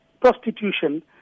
prostitution